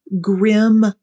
grim